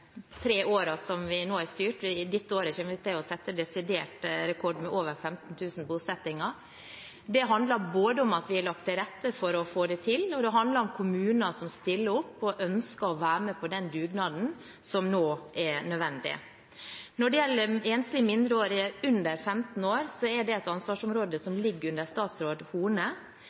tre årene som vi nå har styrt. I dette året kommer vi til å sette en desidert rekord, med over 15 000 bosettinger. Det handler om at vi har lagt til rette for å få det til, og det handler om kommuner som stiller opp og ønsker å være med på den dugnaden som nå er nødvendig. Når det gjelder enslige mindreårige under 15 år, er det et ansvarsområde som ligger under statsråd Horne,